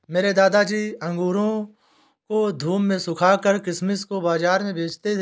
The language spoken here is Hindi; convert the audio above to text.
मेरे दादाजी अंगूरों को धूप में सुखाकर किशमिश को बाज़ार में बेचते थे